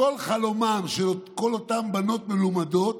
כל חלומן של כל אותן בנות מלומדות,